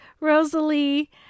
Rosalie